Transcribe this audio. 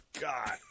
God